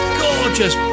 gorgeous